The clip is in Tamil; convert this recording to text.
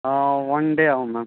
ஒன் டே ஆகும் மேம்